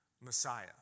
Messiah